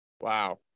Wow